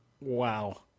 Wow